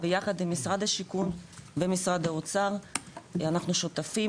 ויחד עם משרד השיכון ומשרד האוצר אנחנו שותפים